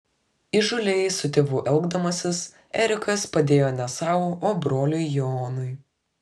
įžūliai su tėvu elgdamasis erikas padėjo ne sau o broliui jonui